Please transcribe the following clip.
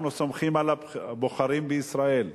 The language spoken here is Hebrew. אנחנו סומכים על הבוחרים בישראל,